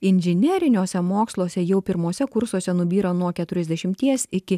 inžineriniuose moksluose jau pirmuose kursuose nubyra nuo keturiasdešimties iki